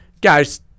guys